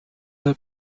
her